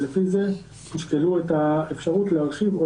ולפי זה תשקלו את האפשרות להרחיב או